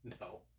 No